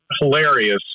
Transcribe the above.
hilarious